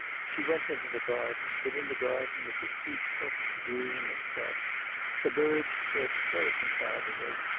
she went into the garden, but in the garden it was peaceful, green, and fresh the birds chirped so confidingly,